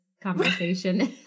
conversation